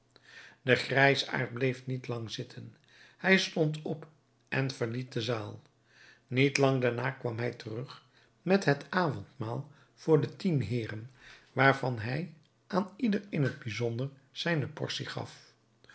de grijsaard bleef niet lang zitten hij stond op en verliet de zaal niet lang daarna kwam hij terug met het avondmaal voor de tien heeren waarvan hij aan ieder in het bijzonder zijne portie gaf